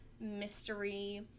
mystery